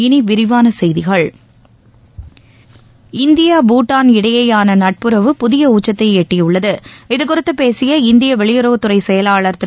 இனி விரிவான செய்திகள் இந்தியா பூட்டான்இடையேயான நட்புறவு புதிய உச்சத்தை எட்டியுள்ளது இதுகுறித்து பேசிய இந்திய வெளியுறவுத்துறை செயலாளர் திரு